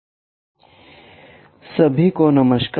orthographic projections Ⅰ भाग 1 सभी को नमस्कार